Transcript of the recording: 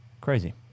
Crazy